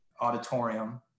auditorium